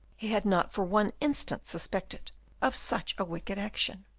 he had not for one instant suspected of such a wicked action.